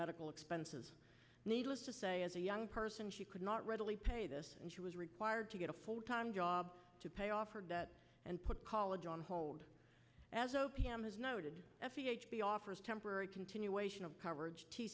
medical expenses needless to say as a young person she could not readily pay this and she was required to get a full time job to pay off her debt and put college on hold as o p m has noted offers temporary continuation of coverage t